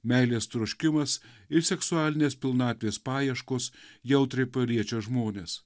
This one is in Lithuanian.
meilės troškimas ir seksualinės pilnatvės paieškos jautriai paliečia žmones